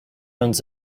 owns